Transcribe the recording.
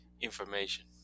information